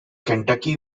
kentucky